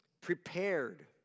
prepared